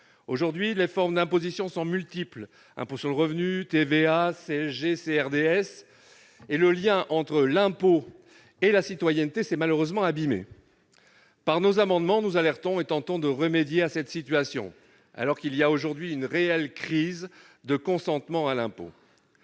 Aujourd'hui, les formes d'imposition sont multiples- impôt sur le revenu, TVA, CSG, CRDS, etc. -et le lien entre impôt et citoyenneté s'est malheureusement abîmé. Par le biais de nos amendements, nous donnons l'alerte et nous tentons de remédier à cette situation, alors que nous constatons, aujourd'hui, une réelle crise du consentement à l'impôt.